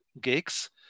gigs